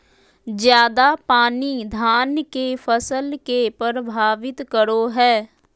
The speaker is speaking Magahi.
ज्यादा पानी धान के फसल के परभावित करो है?